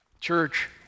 Church